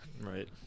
right